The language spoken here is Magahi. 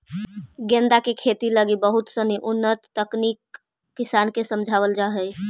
गेंदा के खेती लगी बहुत सनी उन्नत तकनीक किसान के समझावल जा हइ